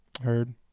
Heard